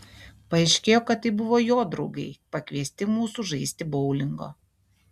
paaiškėjo kad tai buvo jo draugai pakviesti mūsų žaisti boulingo